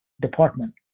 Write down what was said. department